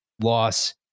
loss